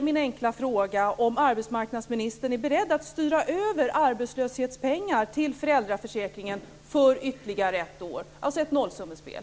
Min enkla fråga är om arbetsmarknadsministern är beredd att styra över arbetslöshetspengar till föräldraförsäkringen för ytterligare ett år, alltså ett nollsummespel.